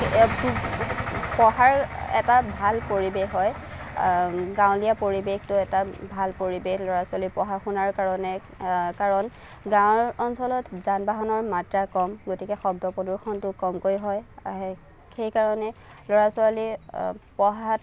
পঢ়াৰ এটা ভাল পৰিৱেশ হয় গাঁৱলীয়া পৰিৱেশটো এটা ভাল পৰিৱেশ ল'ৰা ছোৱালীৰ পঢ়া শুনাৰ কাৰণে কাৰণ গাওঁ অঞ্চলত যান বাহনৰ মাত্ৰা কম গতিকে শব্দ প্ৰদূষণটো কমকৈ হয় আহে সেইকাৰণে ল'ৰা ছোৱালীৰ পঢ়াত